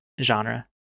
genre